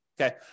Okay